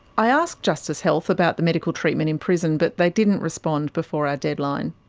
i asked justice health about the medical treatment in prison, but they didn't respond before our deadline.